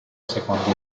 secondo